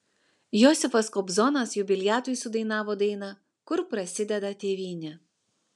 josifas kobzonas jubiliatui sudainavo dainą kur prasideda tėvynė